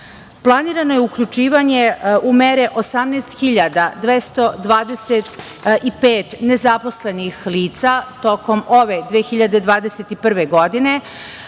uslovima. Planirano je uključivanje u mere 18.225 nezaposlenih lica tokom ove 2021. godine